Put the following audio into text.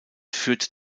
führt